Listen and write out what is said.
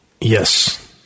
Yes